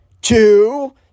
Two